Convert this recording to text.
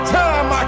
time